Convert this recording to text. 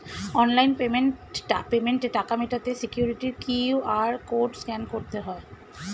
online পেমেন্টে টাকা মেটাতে সিকিউরিটি কিউ.আর কোড স্ক্যান করতে হয়